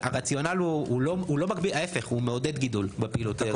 הרציונל לא מגביל, להפך הוא מעודד גידול בפעילות.